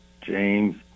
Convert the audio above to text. James